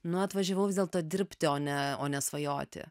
nu atvažiavau vis dėlto dirbti o ne o nesvajoti